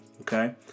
Okay